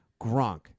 Gronk